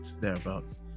thereabouts